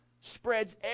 spreads